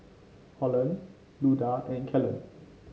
Holland Luda and Kellen